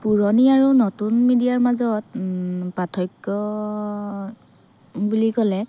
পুৰণি আৰু নতুন মিডিয়াৰ মাজত পাৰ্থক্য় বুলি ক'লে